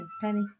Penny